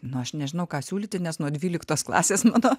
nu aš nežinau ką siūlyti nes nuo dvyliktos klasės mano